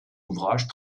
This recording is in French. ouvrages